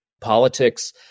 politics